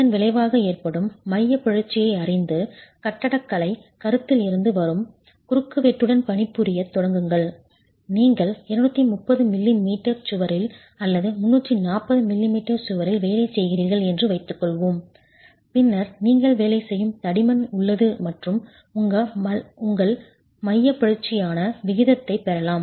இதன் விளைவாக ஏற்படும் மையப் பிறழ்ச்சியை அறிந்து கட்டடக்கலைக் கருத்தில் இருந்து வரும் குறுக்குவெட்டுடன் பணிபுரியத் தொடங்குங்கள் நீங்கள் 230 மிமீ சுவரில் அல்லது 340 மிமீ சுவரில் வேலை செய்கிறீர்கள் என்று வைத்துக்கொள்வோம் பின்னர் நீங்கள் வேலை செய்யும் தடிமன் உள்ளது மற்றும் உங்கள் மையப் பிறழ்ச்சியானவிகிதத்தைப் பெறலாம்